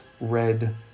red